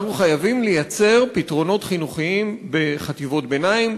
אנחנו חייבים לייצר פתרונות לחינוך בחטיבות ביניים,